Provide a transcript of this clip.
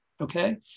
Okay